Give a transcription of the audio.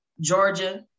Georgia